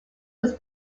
was